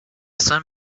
sun